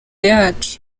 yacu